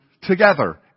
together